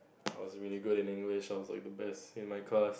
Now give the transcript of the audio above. I was really good in English so I was the best in my class